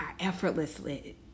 Effortlessly